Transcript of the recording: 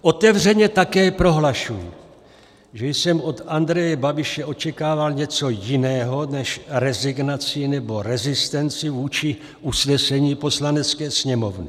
Otevřeně také prohlašuji, že jsem od Andreje Babiše očekával něco jiného než rezignaci nebo rezistenci vůči usnesení Poslanecké sněmovny.